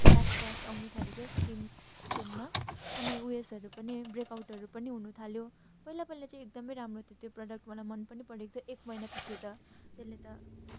rashes आउनु थाल्यो कि स्कि स्किनमा अनि उवेसहरू पनि ब्रेकआउटहरू पनि हुनथाल्यो पहिला पहिला चाहिँ एकदमै राम्रो थियो त्यो प्रडक्ट मलाई मन पनि परेको थियो एक महिना पछि त त्यसले त